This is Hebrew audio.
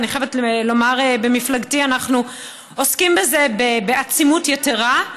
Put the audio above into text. ואני חייבת לומר: במפלגתי אנחנו עוסקים בזה בעצימות יתרה.